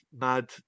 mad